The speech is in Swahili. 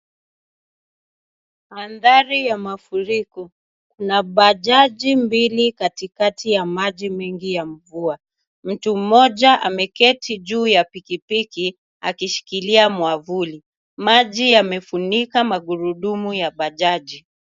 Mandhari ya mafuriko. Kuna bajaji mbili katikati ya maji mengi ya mvua. Mtu mmoja ameketi juu ya pikipiki akishikilia mwavuli. Maji yamefunika magurudumu ya bajaji .